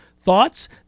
Thoughts